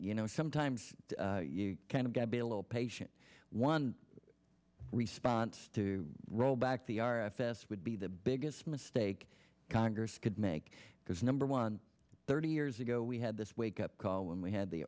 you know sometimes you can't get below patient one response to rollback the r f s would be the biggest mistake congress could make because number one thirty years ago we had this wake up call when we had the